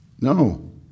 No